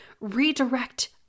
redirect